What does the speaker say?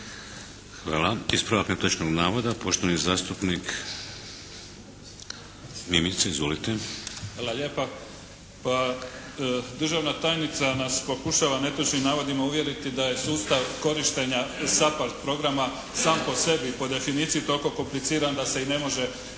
Hvala. Ispravak netočnog navoda poštovani zastupnik Mimica. Izvolite. **Mimica, Neven (SDP)** Hvala lijepa. Državna tajnica nas pokušava netočnim navodima uvjeriti da je sustav korištenja SAPARD programa sam po sebi i po definiciji toliko kompliciran da se i ne može